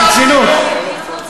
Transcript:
ברצינות,